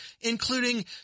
including